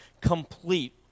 complete